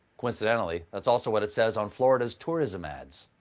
coincidentally, that's also what it says on florida's tourism ads.